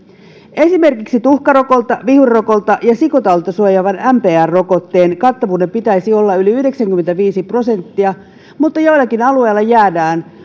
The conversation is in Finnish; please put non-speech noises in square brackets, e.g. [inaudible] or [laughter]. esimerkiksi tuhkarokolta vihurirokolta ja sikotaudilta suojaavan mpr rokotteen kattavuuden pitäisi olla yli yhdeksänkymmentäviisi prosenttia mutta joillakin alueilla jäädään [unintelligible]